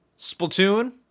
Splatoon